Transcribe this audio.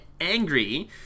angry